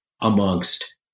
amongst